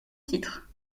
titres